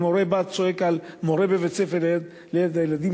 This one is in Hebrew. אם הורה בא וצועק על מורה בבית-הספר ליד הילדים